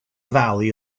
valley